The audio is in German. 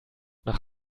nach